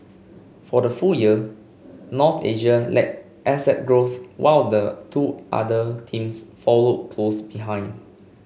for the full year North Asia led asset growth while the two other teams followed close behind